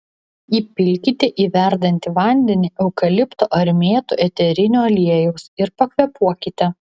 įpilkite į verdantį vandenį eukalipto ar mėtų eterinio aliejaus ir pakvėpuokite